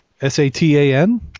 S-A-T-A-N